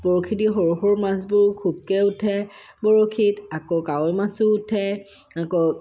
বৰশী দি সৰু সৰু মাছবোৰ খুবকৈ উঠে বৰশীত আকৌ কাৱৈ মাছো উঠে আকৌ